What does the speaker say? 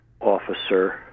officer